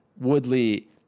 Woodley